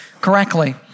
correctly